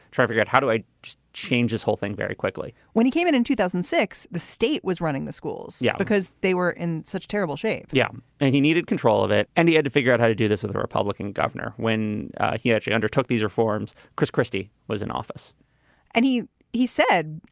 try figure out how do i change this whole thing very quickly quickly when he came in in two thousand and six, the state was running the schools. yeah, because they were in such terrible shape yeah. and he needed control of it. and he had to figure out how to do this with a republican governor when he actually undertook these reforms chris christie was in office and he he said,